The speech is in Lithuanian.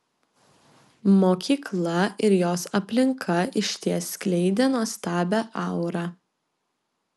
mokykla ir jos aplinka išties skleidė nuostabią aurą